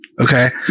Okay